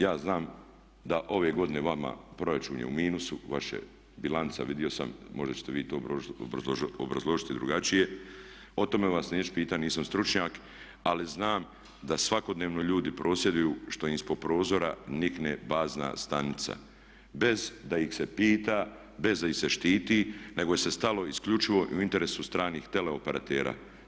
Ja znam da ove godine vama proračun je u minusu, vaša bilanca vidio sam, možda ćete vi to obrazložiti drugačije, o tome vas neću pitati, nisam stručnjak ali znam da svakodnevno ljudi prosvjeduju što im ispod prozora nikne bazna stanica bez da ih se pita, bez da ih se štiti nego se stalo isključivo u interesu stranih teleoperatera.